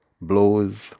blows